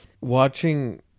watching